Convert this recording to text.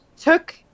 took